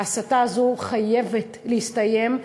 ההסתה הזאת חייבת להסתיים,